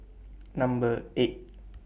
Number eight